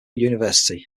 university